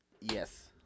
Yes